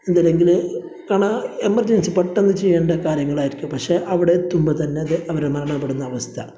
എന്തും ഇല്ലെങ്കില് കാണാം എമർജൻസി പെട്ടന്ന് ചെയ്യേണ്ട കാര്യങ്ങളായിരിക്കും പക്ഷേ അവിടെ എത്തുമ്പോൾ തന്നെയെന്ത് അവര് അത് മരണപ്പെടുന്ന അവസ്ഥ